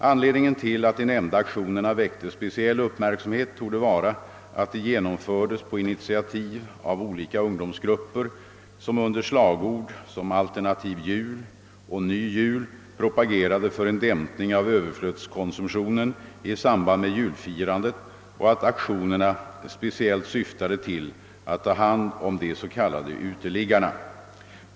Anledningen till att de nämnda aktionerna väckte speciell uppmärksamhet torde vara att de genomfördes på initiativ av olika ungdomsgrupper, som under slagord som »alternativ jul» och »ny jul» propagerade för en dämpning av överflödskonsumtion i samband med julfirandet och att aktionerna speciellt syftade till att ta hand om de s.k. uteliggarna.